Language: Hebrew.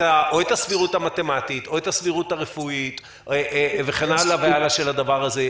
הסבירות המתמטית או את הסבירות הרפואית וכן הלאה של הדבר הזה,